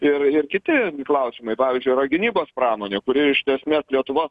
ir ir kiti klausimai pavyzdžiui oro gynybos pramonė kuri iš esmės lietuvos